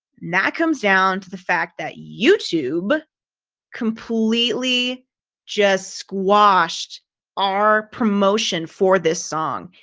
that comes down to the fact that youtube completely just squashed our promotion for this song.